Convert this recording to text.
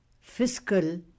fiscal